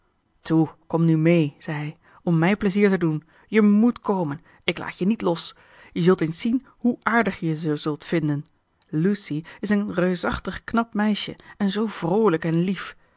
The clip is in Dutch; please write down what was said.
toe kom nu mee zei hij om mij pleizier te doen je moet komen ik laat je niet los je zult eens zien hoe aardig je ze zult vinden lucy is een reusachtig knap meisje en zoo vroolijk en lief